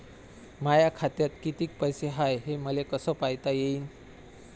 माया खात्यात कितीक पैसे हाय, हे मले कस पायता येईन?